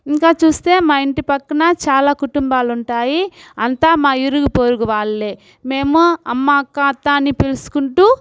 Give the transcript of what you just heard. ఇంకా చూస్తే మా ఇంటి పక్కన చాలా కుటుంబాలుంటాయి అంతా మా ఇరుగు పొరుగు వాళ్ళే మేము అమ్మా అక్కా అత్తా అని పిలుచుకుంటూ